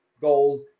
goals